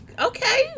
Okay